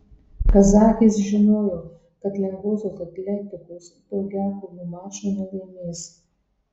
kazachės žinojo kad lengvosios atletikos daugiakovių mačo nelaimės